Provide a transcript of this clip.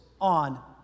on